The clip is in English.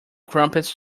crumpets